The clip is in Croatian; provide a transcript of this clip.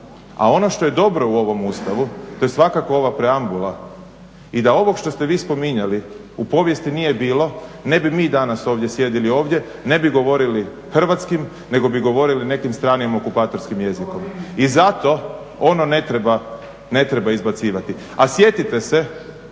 A ono što je dobro u ovom Ustavu to je svakako ova preambula. I da ovo što ste vi spominjali u povijesti nije bilo ne bi mi danas ovdje sjedili ovdje, ne bi govorili hrvatskim, nego bi govorili nekim stranim okupatorskim jezikom. I zato ono ne treba izbacivati. A sjetite se,